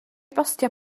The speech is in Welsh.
bostio